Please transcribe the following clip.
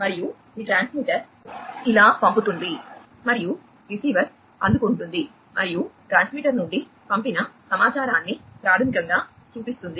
మరియు ఈ ట్రాన్స్మిటర్ ఇలా పంపుతుంది మరియు రిసీవర్ అందుకుంటుంది మరియు ట్రాన్స్మిటర్ నుండి పంపిన సమాచారాన్ని ప్రాథమికంగా చూపిస్తుంది